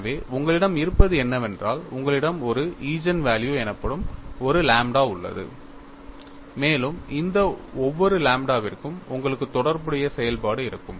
எனவே உங்களிடம் இருப்பது என்னவென்றால் உங்களிடம் ஒரு ஈஜென்வல்யூ எனப்படும் ஒரு லாம்ப்டா உள்ளது மேலும் இந்த ஒவ்வொரு லாம்ப்டாவிற்கும் உங்களுக்கு தொடர்புடைய செயல்பாடு இருக்கும்